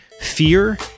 fear